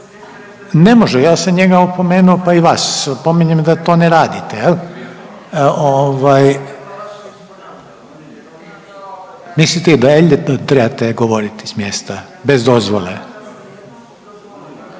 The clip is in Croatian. Ne može, ja sam njega opomenuo pa i vas opominjem da to ne radite jel. Mislite da i dalje trebate govoriti s mjesta bez dozvole?